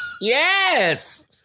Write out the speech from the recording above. Yes